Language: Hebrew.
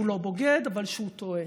שהוא לא בוגד אבל שהוא טועה.